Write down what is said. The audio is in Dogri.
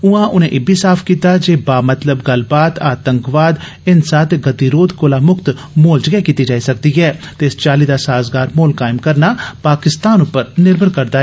उआं उनें इब्बी साफ कीता जे बा मतलब गल्लबात आतंकवाद हिंसा ते गतिरोध कोला मुक्त माहौल च गै कीती जाई सकदी ऐ ते इस चाली दा साजगार माहौल कायम करना पाकिस्तान पर निर्भर करदा ऐ